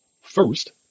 first